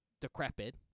decrepit